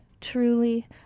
truly